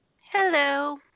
Hello